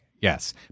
Yes